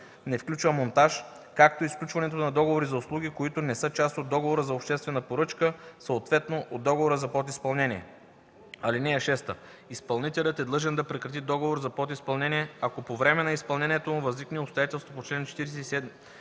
не включва монтаж, както и сключването на договори за услуги, които не са част от договора за обществената поръчка, съответно – от договора за подизпълнение. (6) Изпълнителят е длъжен да прекрати договор за подизпълнение, ако по време на изпълнението му възникне обстоятелство по чл. 47,